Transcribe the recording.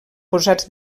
posats